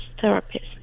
therapist